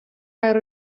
awr